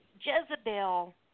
Jezebel –